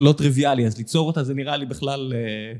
לא טריוויאלי אז ליצור אותה זה נראה לי בכלל...